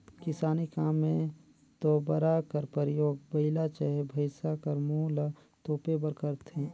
किसानी काम मे तोबरा कर परियोग बइला चहे भइसा कर मुंह ल तोपे बर करथे